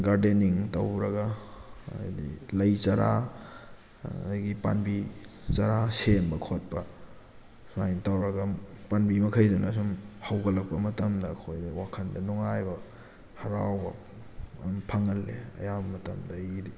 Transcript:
gardening ꯇꯧꯔꯒ ꯍꯥꯏꯗꯤ ꯂꯩ ꯆꯔꯥ ꯑꯩꯒꯤ ꯄꯥꯝꯕꯤ ꯆꯔꯥ ꯁꯦꯝꯕ ꯈꯣꯠꯄ ꯁꯨꯃꯥꯏꯅ ꯇꯧꯔꯒ ꯄꯥꯝꯕꯤ ꯃꯈꯩꯗꯨꯅ ꯁꯨꯝ ꯍꯧꯒꯠꯂꯛꯄ ꯃꯇꯝꯗ ꯑꯩꯈꯣꯏꯗ ꯋꯥꯈꯜꯗ ꯅꯨꯡꯉꯥꯏꯕ ꯍꯔꯥꯎꯕ ꯑꯗꯨꯝ ꯐꯪꯍꯜꯂꯦ ꯑꯌꯥꯝꯕ ꯃꯇꯝꯗ ꯑꯩꯒꯤꯗꯤ